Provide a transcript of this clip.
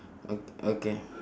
ok~ okay